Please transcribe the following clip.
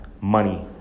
money